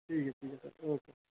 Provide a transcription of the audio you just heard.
ठीक ऐ ठीक ऐ सर ओके